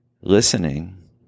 listening